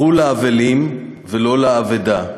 "בכו לאבלים ולא לאבדה,